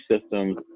systems